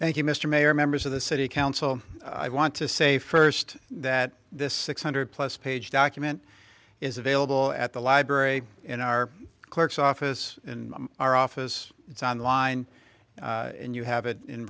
thank you mr mayor members of the city council i want to say first that this six hundred plus page document is available at the library in our clerk's office in our office it's on line and you